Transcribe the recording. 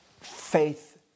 faith